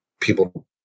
people